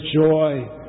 joy